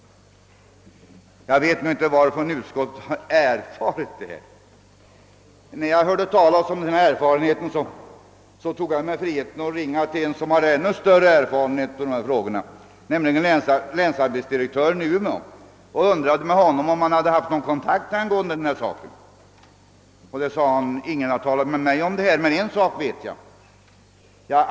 Jag vet inte varifrån utskottet har fått detta. När jag hörde talas om denna erfarenhet, tog jag mig friheten att ringa till en person som har större erfarenhet av dessa frågor. Jag frågade honom om förutsättningarna till AMS bidrag för arbetet i fråga. Han svarade att det visste han inte. Men en sak visste han.